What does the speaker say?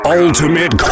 ultimate